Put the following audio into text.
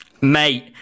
Mate